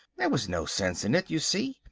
there was no sense in it. you see,